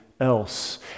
else